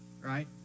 right